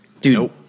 Dude